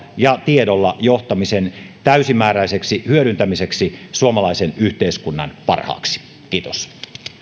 ja tiedolla johtamisen täysimääräiseksi hyödyntämiseksi suomalaisen yhteiskunnan parhaaksi kiitos